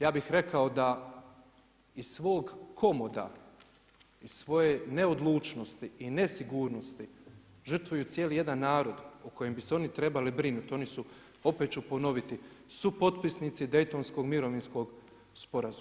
Ja bih rekao da iz svog komoda, iz svoje neodlučnosti i nesigurnosti, žrtvuju cijeli jedan narod u kojem bi se oni trebali brinuti, oni su opet ću ponoviti, supotpisnici Daytonskog mirovnog sporazuma.